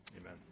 Amen